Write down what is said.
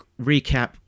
recap